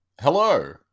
Hello